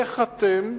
איך אתם,